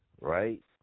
right